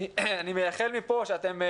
אני מייחל מפה שאתם,